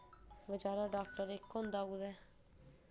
बचैरा डाक्टर इक होंदा कुतै